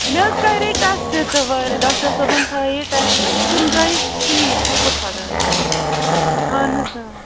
مےٚ حظ کَریے ٹٮ۪سٹہٕ تہِ تہٕ واریاہ ڈاکٹر صٲبَن تھایے ٹٮ۪سٹہٕ تِم درٛایے ٹھیٖک شُکُر خۄدایَس کُن اَہَن حظ